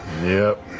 yep.